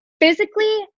Physically